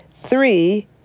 three